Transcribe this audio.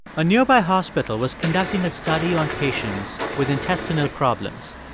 a nearby hospital was conducting a study on patients with intestinal problems.